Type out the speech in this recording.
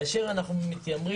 כאשר אנחנו מתיימרים,